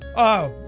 oh,